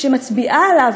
שמצביעה עליו,